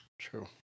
True